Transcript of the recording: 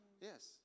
Yes